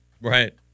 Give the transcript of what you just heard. Right